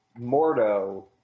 Mordo